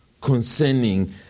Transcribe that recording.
concerning